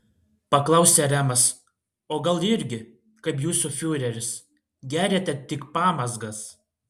paklausė remas o gal irgi kaip jūsų fiureris geriate tik pamazgas